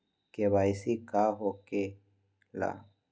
KYC का हो के ला?